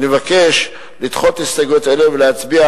אני מבקש לדחות הסתייגויות אלה ולהצביע